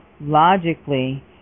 logically